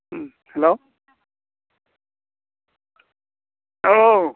ओम हेल' औ